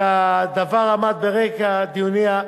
הדבר עמד ברקע דיוניה,